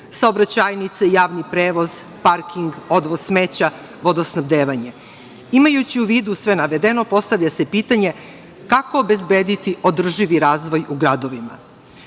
saobraćajnice, javni prevoz, parking, odvoz smeća, vodosnabdevanje. Imajući u vidu sve navedeno, postavlja se pitanje, kako obezbediti održivi razvoj u gradovima?